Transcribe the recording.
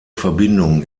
verbindung